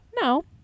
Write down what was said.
No